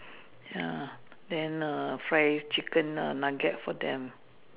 ya then err fried chicken lah nugget for them